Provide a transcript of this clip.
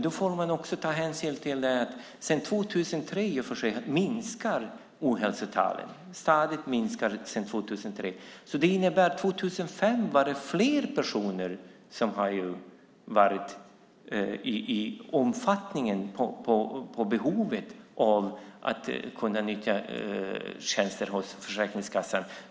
Då får man också ta hänsyn till att ohälsotalen sedan 2003 stadigt minskat. Det innebär att det 2005 var fler personer som hade behov av att nyttja tjänster hos Försäkringskassan.